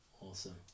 Awesome